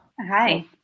Hi